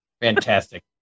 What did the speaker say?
Fantastic